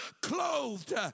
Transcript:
clothed